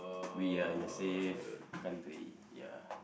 we are in a safe country ya